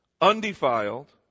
undefiled